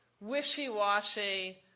wishy-washy